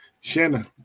Shanna